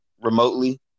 remotely